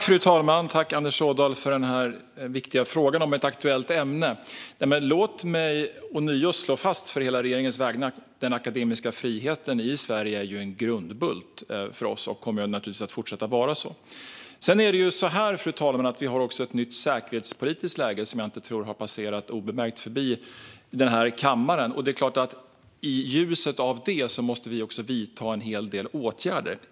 Fru talman! Tack, Anders Ådahl, för denna viktiga fråga om ett aktuellt ämne! Låt mig ånyo på hela regeringens vägnar slå fast att den akademiska friheten i Sverige är en grundbult och naturligtvis kommer att fortsätta vara det. Vi har, fru talman, ett nytt säkerhetspolitiskt läge, vilket jag inte tror har passerat obemärkt förbi denna kammare. I ljuset av detta är det klart att vi måste vidta en hel del åtgärder.